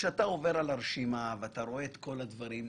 - ואתה עובר על הרשימה ורואה את כל הדברים,